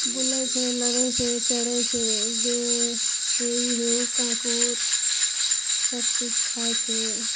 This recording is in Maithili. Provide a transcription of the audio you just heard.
बुलै छै लड़ै छै चरै छै बेङ्ग हे ई हे ओ काँकोड़ सब चीज खाय छै